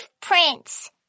prince